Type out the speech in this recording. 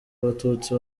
abatutsi